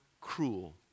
cruel